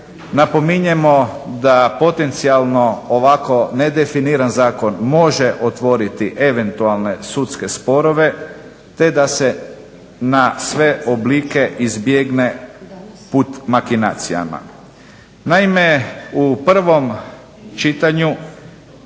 Napominjemo da potencijalno ovako nedefiniran zakon može otvoriti eventualne sudske sporove te da se na sve oblike izbjegne put makinacijama. Naime, u prvom čitanju